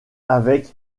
avec